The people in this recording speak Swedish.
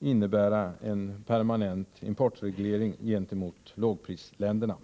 innebära en permanent importreglering gentemot lågprisländerna.